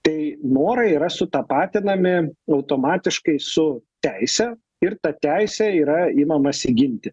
tai norai yra sutapatinami automatiškai su teise ir tą teisę yra imamasi ginti